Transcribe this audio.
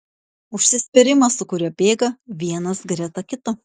užsispyrimas su kuriuo bėga vienas greta kito